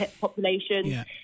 populations